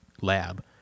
lab